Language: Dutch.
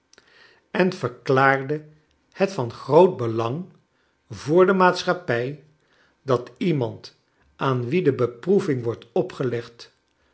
en verklaarde het van groot belang voor de maatschappij dat iemand aan wien de beproeving wordt opgelegd